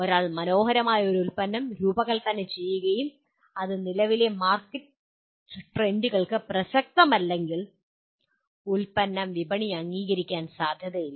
ഒരാൾ മനോഹരമായ ഒരു ഉൽപ്പന്നം രൂപകൽപ്പന ചെയ്യുകയും അത് നിലവിലെ മാർക്കറ്റ് ട്രെൻഡുകൾക്ക് പ്രസക്തമല്ലെങ്കിൽ ഉൽപ്പന്നം വിപണി അംഗീകരിക്കാൻ സാധ്യതയില്ല